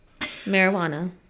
Marijuana